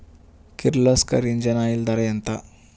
Kirloskar engine oil ధర ఎంత?